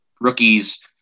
rookies